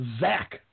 Zach